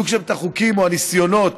כשיהיו החוקים או הניסיונות,